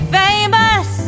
famous